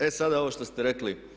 E sada ovo što ste rekli.